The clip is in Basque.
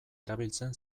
erabiltzen